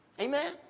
Amen